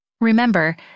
Remember